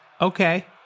Okay